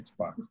Xbox